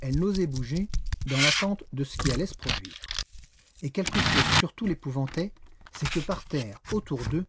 elle n'osait bouger dans l'attente de ce qui allait se produire et quelque chose surtout l'épouvantait c'est que par terre autour d'eux